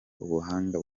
ubuhanga